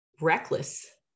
reckless